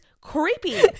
creepy